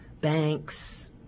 banks